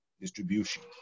distribution